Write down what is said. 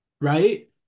right